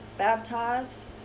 baptized